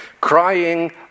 crying